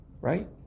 right